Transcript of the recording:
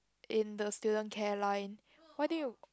in the student care line why didn't you